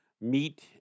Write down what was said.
meet